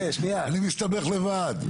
אני מסתבך לבד.